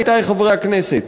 עמיתי חברי הכנסת,